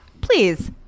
please